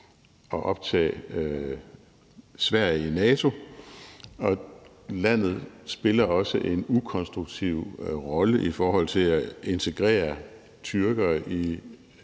at optage Sverige i NATO, og landet spiller også en ukonstruktiv rolle i forhold til at integrere tyrkere i